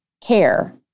care